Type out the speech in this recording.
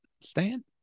stand